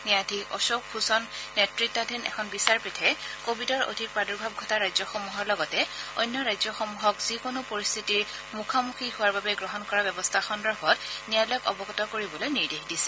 ন্যায়াধীশ অশোক ভূষণ নেতৃতাধীন এখন বিচাৰপীঠে কভিডৰ অধিক প্ৰাদুৰ্ভাৱ ঘটা ৰাজ্যসমূহৰ লগতে অন্য ৰাজ্যসমূহক যিকোনো পৰিস্থিতিৰ মুখামুখি হোৱাৰ বাবে গ্ৰহণ কৰা ব্যৱস্থা সন্দৰ্ভত ন্যায়ালয়ক অৱগত কৰিবলৈ নিৰ্দেশ দিছে